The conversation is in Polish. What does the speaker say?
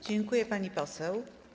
Dziękuję, pani poseł.